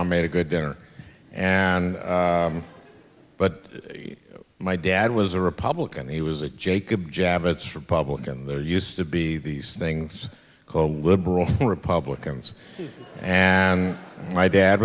had a good dinner and but my dad was a republican he was a jacob javits republican there used to be these things called liberal republicans and my dad